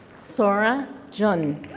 sora jung.